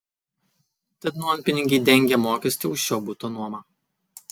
tad nuompinigiai dengia mokestį už šio buto nuomą